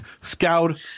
Scout